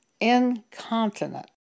incontinent